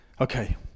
Okay